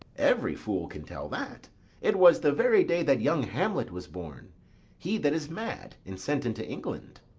every fool can tell that it was the very day that young hamlet was born he that is mad, and sent into england.